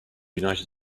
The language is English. united